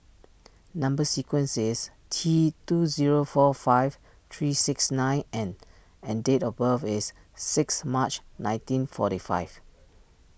Number Sequence is T two zero four five three six nine N and date of birth is six March nineteen forty five